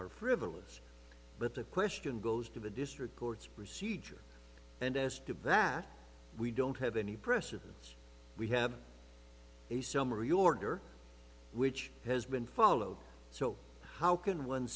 are frivolous but the question goes to the district courts procedure and as to that we don't have any precedents we have a summary order which has been followed so how can one